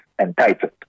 entitled